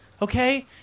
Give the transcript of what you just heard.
Okay